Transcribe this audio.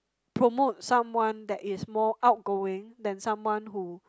promote someone that is more outgoing then someone who